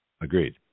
Agreed